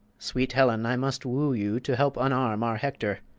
sweet helen, i must woo you to help unarm our hector.